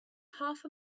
half